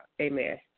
Amen